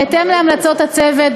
בהתאם להמלצות הצוות,